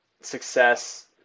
success